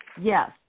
yes